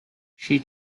she